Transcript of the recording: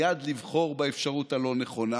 מייד לבחור באפשרות הלא-נכונה.